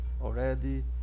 already